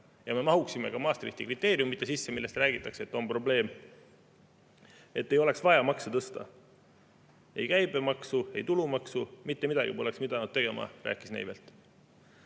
ja me mahuksime Maastrichti kriteeriumide sisse, mille kohta räägitakse, et nendega on probleem. Ei oleks vaja makse tõsta: ei käibemaksu, ei tulumaksu, mitte midagi poleks pidanud tegema, rääkis